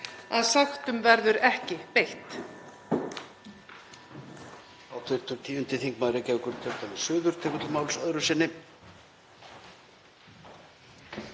að sektum verður ekki beitt.